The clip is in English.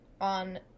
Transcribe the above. on